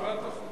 לא, ועדת החוקה.